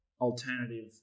alternative